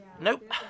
Nope